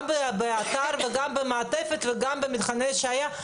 גם באתר וגם במעטפת וגם במתחמי השהייה,